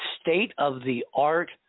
state-of-the-art